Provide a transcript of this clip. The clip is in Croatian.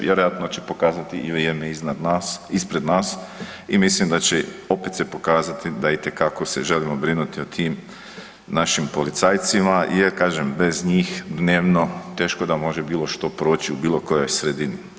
Vjerojatno će pokazati i vrijeme ispred nas i mislim da će opet se pokazati da itekako se želimo brinuti o tim našim policajcima, jer kažem bez njih dnevno teško da može bilo što proći u bilo kojoj sredini.